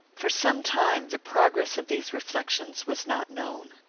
for some time, the progress of these reflections was not known.